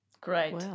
Great